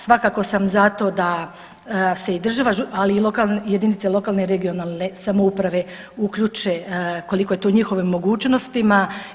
Svakako sam za to da se i država ali i jedinice lokalne i regionalne samouprave uključe koliko je to u njihovim mogućnostima.